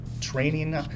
training